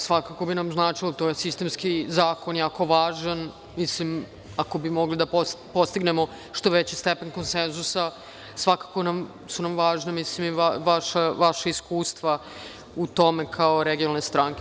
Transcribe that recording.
Svakako bi nam značilo, jer to je sistemski zakon, jako važan, i ako bi mogli da postignemo što veći stepen konsenzusa, svakako su nam važna i vaša iskustva u tome, kao regionalne stranke.